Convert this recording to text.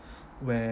where